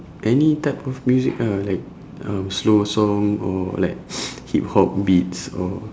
any type of music ah like um slow song or like hip-hop beats or